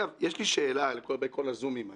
יש לי שאלה לגבי כל הזומים האלה.